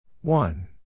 One